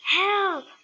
Help